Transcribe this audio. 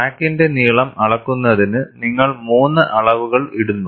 ക്രാക്കിന്റെ നീളം അളക്കുന്നതിന് നിങ്ങൾ 3 അളവുകൾ ഇടുന്നു